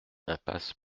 impasse